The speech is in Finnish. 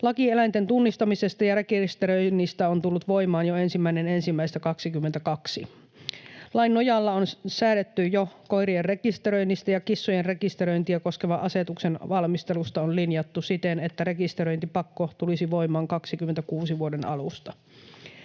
Laki eläinten tunnistamisesta ja rekisteröinnistä on tullut voimaan jo 1.1.22. Lain nojalla on säädetty jo koirien rekisteröinnistä, ja kissojen rekisteröintiä koskevan asetuksen valmistelusta on linjattu siten, että rekisteröintipakko tulisi voimaan vuoden 26 alusta.